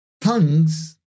tongues